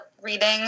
reading